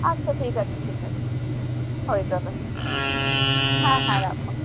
আচ্ছা ঠিক আছে ঠিক আছে হয়ে যাবে হ্যাঁ হ্যাঁ রাখুন